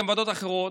גם ועדות אחרות,